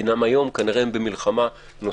אינם היום כי כנראה הם במלחמה נוספת